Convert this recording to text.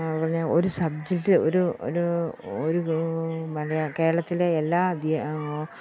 പിന്നെ ഒരു സബ്ജെക്റ്റ് ഒരു ഒരു ഒരൂ മലയ കേരളത്തിലെ എല്ലാ അദ്ധ്യാ